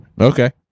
Okay